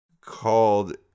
Called